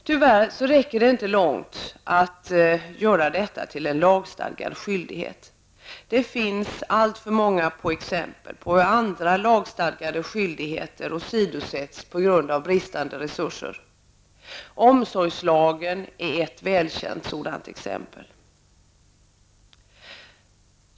Tyvärr räcker det inte långt att göra detta till en lagstadgad skyldighet. Det finns alltför många exempel på hur andra lagstadgade skyldigheter åsidosätts på grund av brist på resurser. Omsorgslagen är ett välkänt sådant exempel.